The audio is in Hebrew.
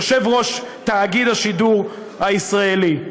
יושב-ראש תאגיד השידור הישראלי.